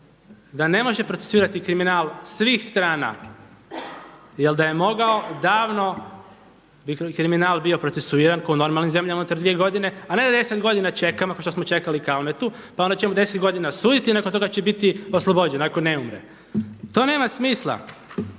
da ne može procesuirati kriminal svih strana. Jel da je mogao davno bi kriminal bio procesuiran ko u normalnim zemljama unutar dvije godine, a ne da 10 godina čekamo kao što smo čekali Kalmetu, pa onda ćemo 10 godina suditi i nakon toga će biti oslobođen ako ne umre. To nema smisla.